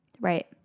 right